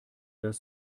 das